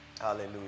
Hallelujah